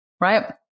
Right